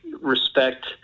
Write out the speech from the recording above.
respect